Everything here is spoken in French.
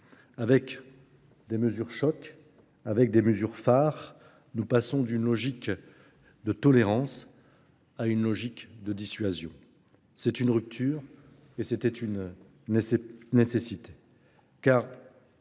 plus. des mesures chocs avec des mesures phares, nous passons d'une logique de tolérance à une logique de dissuasion. C'est une rupture et c'était une nécessité.